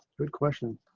good question.